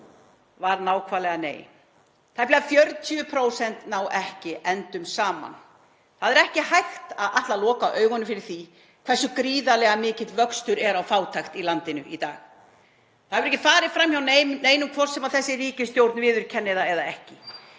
nákvæmlega: Nei. Tæplega 40% ná ekki endum saman. Það er ekki hægt að ætla að loka augunum fyrir því hversu gríðarlega mikill vöxtur er í fátækt í landinu í dag. Það hefur ekki farið fram hjá neinum, hvort sem þessi ríkisstjórn viðurkennir það eða ekki.